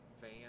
van